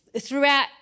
throughout